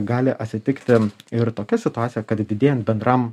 gali atsitikti ir tokia situacija kad didėjant bendram